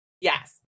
Yes